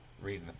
reading